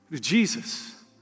Jesus